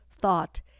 thought